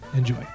Enjoy